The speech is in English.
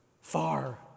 Far